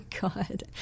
god